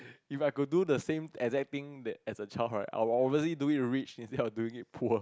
if I could do the same exact thing that as a child I will obviously do it rich instead of doing it poor